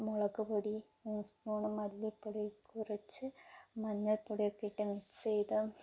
മുളകുപൊടി മൂന്ന് സ്പൂണ് മല്ലിപ്പൊടി കുറച്ച് മഞ്ഞൾപ്പൊടിയൊക്കെ ഇട്ട് മിക്സ് ചെയ്ത്